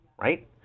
Right